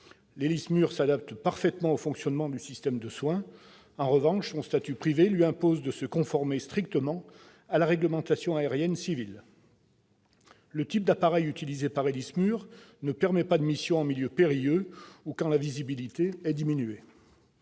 L'Héli-SMUR s'adapte parfaitement au fonctionnement du système de soins. En revanche, son statut privé lui impose de se conformer strictement à la réglementation aérienne civile. Le type d'appareil utilisé par Héli-SMUR ne permet pas de missions en milieu périlleux ou en cas de visibilité diminuée.